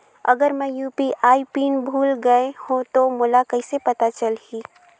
अगर मैं UPI PIN भुल गये हो तो मोला कइसे पता चलही?